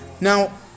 Now